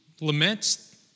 laments